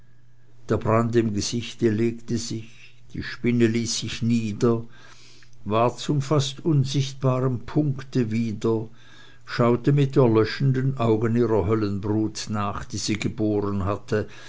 der brand im gesichte legte sich die spinne ließ sich nieder ward zum fast unsichtbaren punkte wieder schaute mit erlöschenden augen ihrer höllenbrut nach die sie geboren hatte